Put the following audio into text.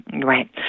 Right